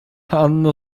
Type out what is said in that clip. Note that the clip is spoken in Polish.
panno